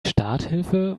starthilfe